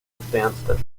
advanced